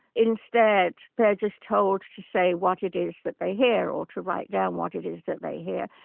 instead, they're just told to say what it is that they hear, or to write down what it is that they hear,